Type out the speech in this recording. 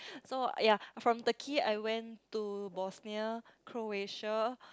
so uh ya from Turkey I went to Bosnia Croatia